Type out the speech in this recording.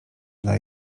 dla